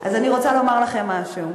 אז אני רוצה לומר לכם משהו.